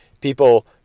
People